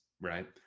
right